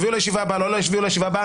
יביאו לישיבה הבאה או לא יביאו לישיבה הבאה,